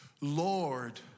Lord